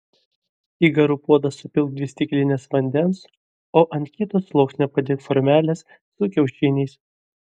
į garų puodą supilk dvi stiklines vandens o ant kito sluoksnio padėk formeles su kiaušiniais